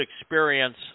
experience